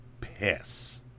piss